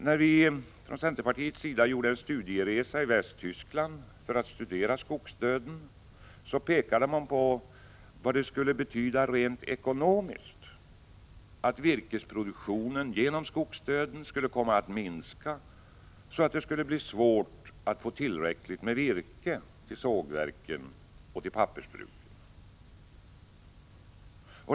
När vi från centerpartiets sida gjorde en studieresa i Västtyskland för att studera skogsdöden, pekade man på vad det skulle betyda rent ekonomiskt att virkesproduktionen genom skogsdöden skulle komma att minska så att det skulle bli svårt att få tillräckligt med virke till sågverken och pappersbruken.